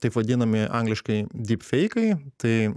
taip vadinami angliškai dyp feikai tai